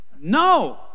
No